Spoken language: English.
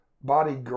body